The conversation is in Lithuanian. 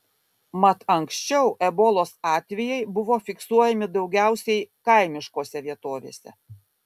mat anksčiau ebolos atvejai buvo fiksuojami daugiausiai kaimiškose vietovėse